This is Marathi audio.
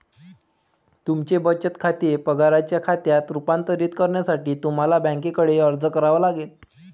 तुमचे बचत खाते पगाराच्या खात्यात रूपांतरित करण्यासाठी तुम्हाला बँकेकडे अर्ज करावा लागेल